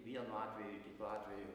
vienu atveju kitu atveju